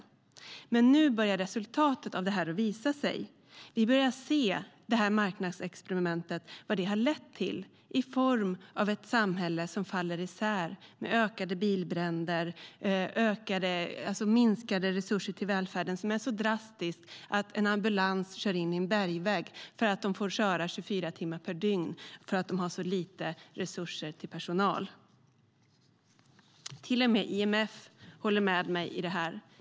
Men nu börjar resultatet av detta visa sig. Vi börjar se vad det här marknadsexperimentet lett till i form av ett samhälle som faller isär, med ökade bilbränder och minskade resurser till välfärden. Det är så drastiskt att en ambulans kör in i en bergvägg för att man får köra 24 timmar per dygn på grund av att det finns så lite resurser till personal. Till och med IMF håller med mig.